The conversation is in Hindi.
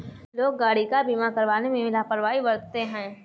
लोग गाड़ी का बीमा करवाने में लापरवाही बरतते हैं